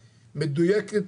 מדויקת,